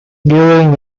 during